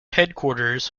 headquarters